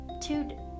Two